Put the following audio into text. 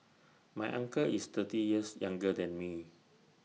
my uncle is thirty years younger than me